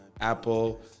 Apple